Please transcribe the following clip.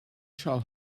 shall